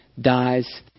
dies